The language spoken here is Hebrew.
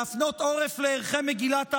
להפנות עורף לערכי מגילת העצמאות,